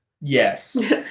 Yes